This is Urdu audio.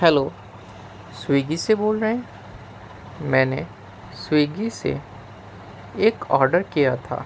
ہلو سویگی سے بول رہے ہیں میں نے سویگی سے ایک آڈر کیا تھا